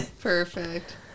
perfect